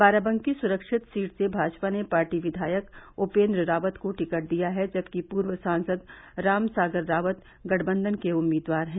बाराबंकी सुरक्षित सीट से भाजपा ने पार्टी विधायक उपेन्द्र रावत को टिकट दिया है जबकि पूर्व सांसद राम सागर रावत गठबंधन के उम्मीदवार हैं